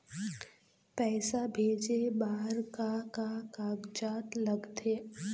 पैसा भेजे बार का का कागजात लगथे?